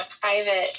private